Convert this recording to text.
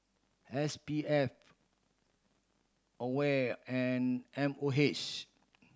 S P F AWARE and M O H